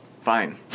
Fine